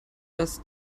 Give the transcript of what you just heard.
das